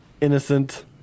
innocent